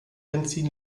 benzin